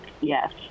yes